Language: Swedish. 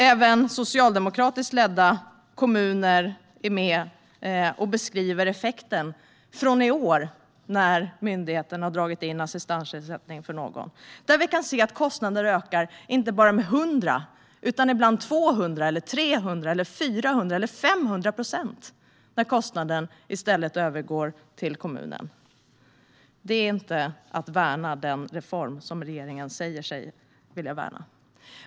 Även socialdemokratiskt ledda kommuner är med och beskriver effekten från i år när myndigheten har dragit in assistansersättningen för någon. Vi kan se att kostnader ökar med inte bara 100 utan ibland med 200, 300, 400 eller 500 procent när ansvaret går över till kommunen. Detta är inte att värna den reform som regeringen säger sig vilja värna.